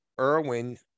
Irwin